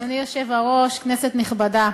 אדוני היושב-ראש, כנסת נכבדה,